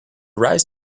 rise